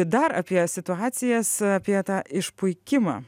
dar apie situacijas apie tą išpuikimą